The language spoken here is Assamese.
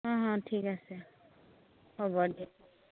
অঁ অঁ ঠিক আছে হ'ব দিয়ক